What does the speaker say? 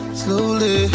slowly